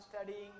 studying